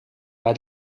bij